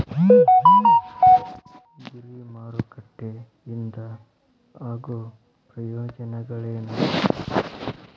ಗುರಿ ಮಾರಕಟ್ಟೆ ಇಂದ ಆಗೋ ಪ್ರಯೋಜನಗಳೇನ